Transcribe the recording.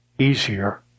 easier